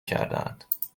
کردهاند